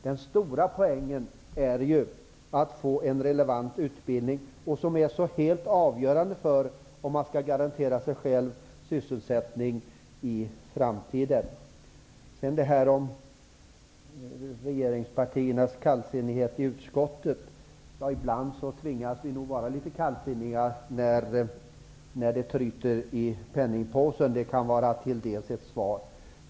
Den stora poängen är ju att få till stånd en relevant utbildning, vilket är helt avgörande för huruvida man skall kunna skaffa sig själv sysselsättning i framtiden. Vad beträffar regeringspartiernas kallsinnighet i utbildningen vill jag säga att vi ibland tvingas vara litet kallsinniga när det tryter i penningpåsen. Det kan till dels vara ett svar.